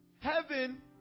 heaven